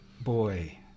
boy